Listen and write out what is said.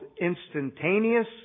instantaneous